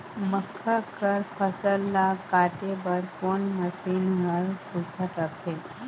मक्का कर फसल ला काटे बर कोन मशीन ह सुघ्घर रथे?